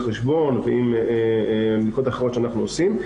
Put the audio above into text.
חשבון ועם בדיקות אחרות שאנחנו עושים.